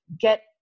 get